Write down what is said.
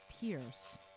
Pierce